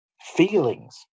feelings